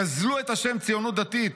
גזלו את השם ציונות דתית,